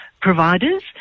providers